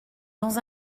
dans